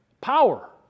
power